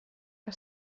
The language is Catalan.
que